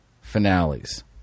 finales